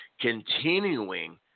continuing